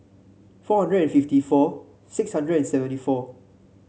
four hundred and fifty four six hundred and seventy four